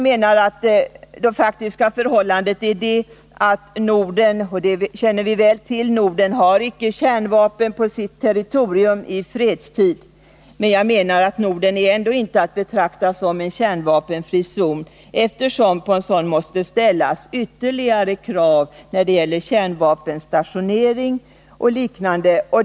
Det faktiska förhållandet är det att Norden — och det känner vi väl till — icke har kärnvapen på sitt territorium i fredstid. Men Norden är ändå inte att betrakta som en kärnvapenfri zon, eftersom på en sådan måste ställas ytterligare krav när det gäller kärnvapenstationering och liknande.